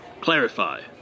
clarify